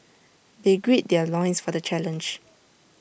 they gird their loins for the challenge